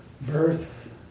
birth